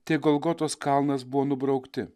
tiek golgotos kalnas buvo nubraukti